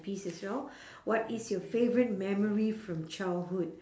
piece as well what is your favourite memory from childhood